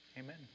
Amen